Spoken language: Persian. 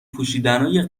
پوشیدنای